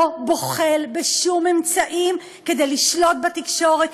לא בוחל בשום אמצעי כדי לשלוט בתקשורת,